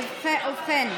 ובכן,